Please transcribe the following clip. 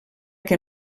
que